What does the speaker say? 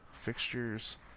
fixtures